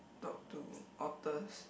talk to authors